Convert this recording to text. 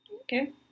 Okay